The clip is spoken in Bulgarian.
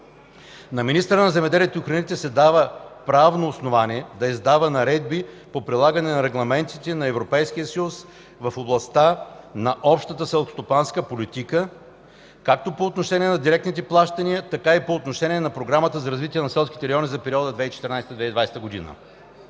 На министъра на земеделието и храните се дава правно основание да издава наредби по прилагане на регламентите на Европейския съюз в областта на Общата селскостопанска политика както по отношение на директните плащания, така и по отношение на Програмата за развитие на селските райони за периода 2014 - 2020 г.